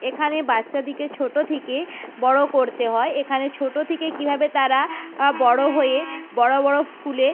এখানে বাচ্চাদিকে ছোটো থেকে বড়ো করতে হয় এখানে ছোটো থেকে কীভাবে তারা বড়ো হয়ে বড়ো বড়ো স্কুলে